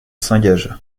s’engagea